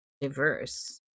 diverse